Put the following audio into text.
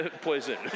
poison